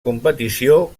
competició